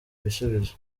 ibisubizo